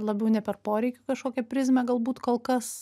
labiau ne per poreikių kažkokią prizmę galbūt kol kas